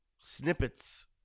snippets